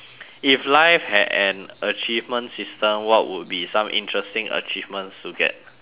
if life had an achievement system what would be some interesting achievements to get